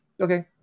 Okay